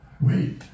wait